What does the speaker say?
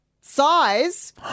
size